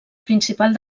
principal